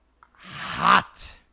Hot